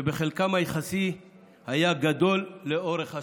וחלקן היחסי היה גדול לאורך השנים.